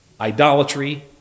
Idolatry